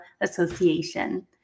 Association